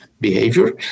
behavior